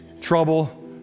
trouble